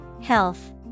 Health